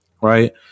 right